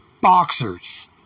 boxers